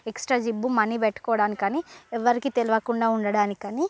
extra zip money పెట్టుకోవడానికి అని ఎవరికీ తెల్వకుండా ఉండడానికి అని